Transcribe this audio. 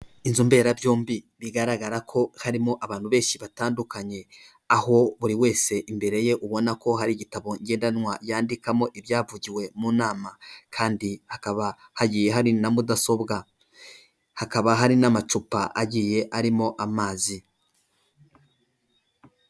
Inzu mberabyombi bigaragara ko harimo abantu benshi batandukanye, aho buri wese imbere ye ubona ko hari igitabo ngendanwa yandikamo ibyavugiwe mu nama, kandi hakaba hagiye hari na mudasobwa, hakaba hari n'amacupa agiye arimo amazi.